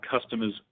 customers